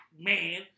man